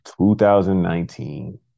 2019